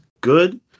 good